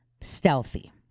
stealthy